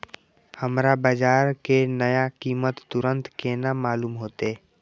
हमरा बाजार के नया कीमत तुरंत केना मालूम होते?